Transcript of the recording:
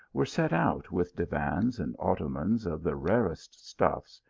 were set out with divans and otto mans of the rarest stuffs,